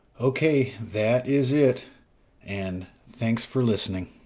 okay, that is it and thanks for listening.